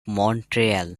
montreal